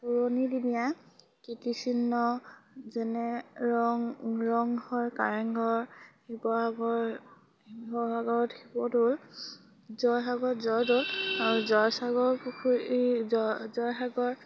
পুৰণি দিনীয়া কীৰ্তিচিহ্ন যেনে ৰংঘৰ কাৰেংঘৰ শিৱসাগৰ শিৱসাগৰত শিৱদৌল জয়সাগৰত জয়দৌল আৰু জয়সাগৰ পুখুৰী জয়সাগৰ